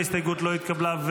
ההסתייגות לא התקבלה.